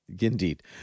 Indeed